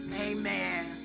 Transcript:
Amen